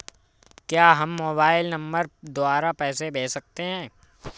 क्या हम mobile number द्वारा पैसे भेज सकते हैं?